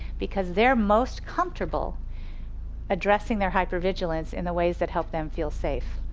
because they're most comfortable addressing their hyper vigilance in the ways that help them feel safe.